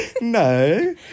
No